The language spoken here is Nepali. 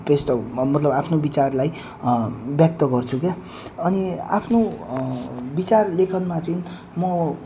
पेस मतलब आफ्नो विचारलाई व्यक्त गर्छु क्या अनि आफ्नो विचार लेखनमा चाहिँ म